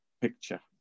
picture